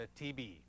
TB